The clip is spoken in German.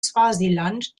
swasiland